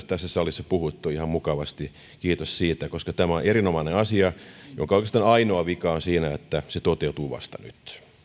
tässä salissa puhuttu ihan mukavasti kiitos siitä koska tämä on erinomainen asia jonka oikeastaan ainoa vika on siinä että se toteutuu vasta nyt